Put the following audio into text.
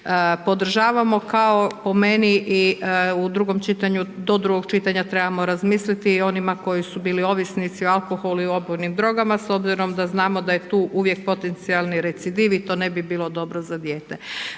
podržavamo kao po meni do drugog čitanja trebamo razmisliti o onima koji su bili ovisnici o alkoholu i opojnim drogama, s obzirom da znamo da je tu uvijek potencijalni recidiv i to ne bi bilo dobro za dijete.